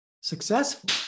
successful